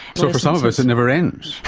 so for some of us it never ends.